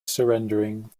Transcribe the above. surrendering